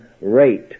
rate